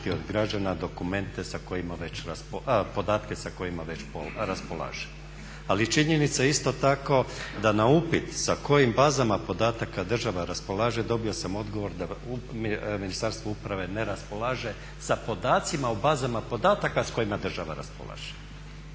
raspolaže, podatke sa kojima već raspolaže. Ali činjenica je isto tako da na upit sa kojim bazama podataka država raspolaže dobio sam odgovor da Ministarstvo uprave ne raspolaže sa podacima o bazama podataka s kojima država raspolaže.